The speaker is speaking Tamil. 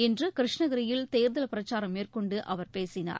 இன்று கிருஷ்ணகிரியில் தேர்தல் பிரச்சாரம் மேற்கொண்டு அவர் பேசினார்